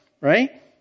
right